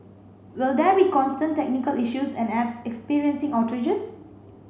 will there be constant technical issues and apps experiencing outrages